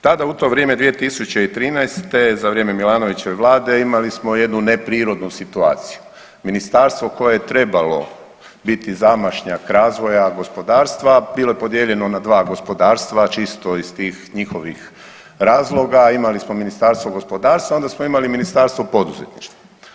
Tada, u to vrijeme, 2013. za vrijeme Milanovićeve Vlade imali smo jednu neprirodnu situaciju, ministarstvo koje je trebalo biti zamašnjak razvoja, gospodarstva, bilo je podijeljeno na 2 gospodarstva, čisto iz tih njihovih razloga, imali smo ministarstvo gospodarstvo i onda smo imali ministarstvo poduzetništva.